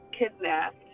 Kidnapped